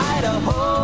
Idaho